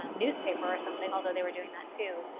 newspaper or something, although they were doing that too.